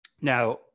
Now